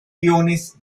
iones